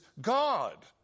God